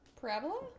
parabola